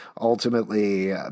ultimately